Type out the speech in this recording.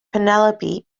penelope